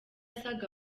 saga